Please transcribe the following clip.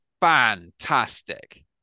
fantastic